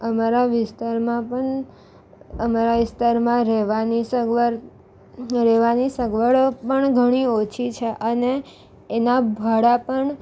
અમારા વિસ્તારમાં પણ અમારા વિસ્તારમાં રહેવાની સગવડ રહેવાની સગવડો પણ ઘણી ઓછી છે અને એના ભાડા પણ